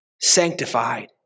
Sanctified